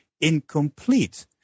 incomplete